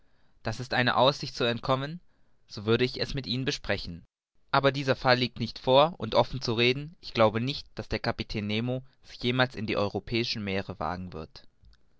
da ist eine aussicht zu entkommen so würde ich mit ihnen es besprechen aber dieser fall liegt nicht vor und offen zu reden ich glaube nicht daß der kapitän nemo sich jemals in die europäischen meere wagen wird